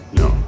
no